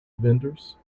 vendors